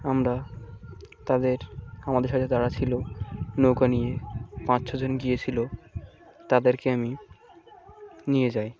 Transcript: আমরা তাদের আমাদের সাথে তারা ছিল নৌকা নিয়ে পাঁচ ছজন গিয়েছিল তাদেরকে আমি নিয়ে যাই